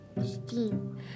Steam